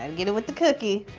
and get it with the cookie.